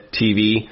TV